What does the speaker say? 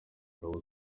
abo